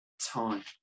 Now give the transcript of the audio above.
time